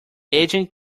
agent